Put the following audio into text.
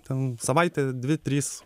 ten savaitė dvi trys